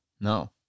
No